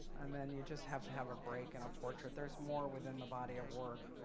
and then, you just have to have a break in a portrait. there's more within the body of work.